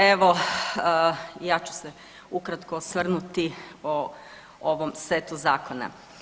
Evo ja ću se ukratko osvrnuti o ovom setu zakona.